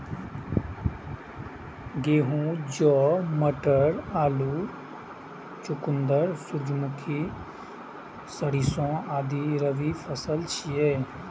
गहूम, जौ, मटर, आलू, चुकंदर, सूरजमुखी, सरिसों आदि रबी फसिल छियै